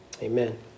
Amen